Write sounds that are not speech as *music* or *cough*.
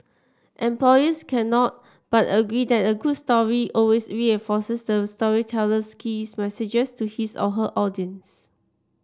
employers cannot but agree that a good story always reinforces the storyteller's key message *unintelligible* to his or her audience